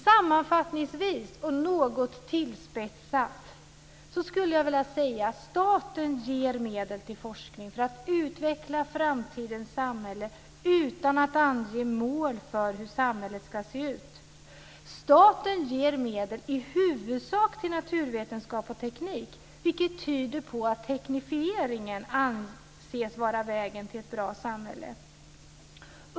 Sammanfattningsvis och något tillspetsat skulle jag vilja säga att staten ger medel till forskning för att utveckla framtidens samhälle utan att ange mål för hur samhället ska se ut. Staten ger medel i huvudsak till naturvetenskap och teknik vilket tyder på att teknifieringen anses vara vägen till ett bra samhälle.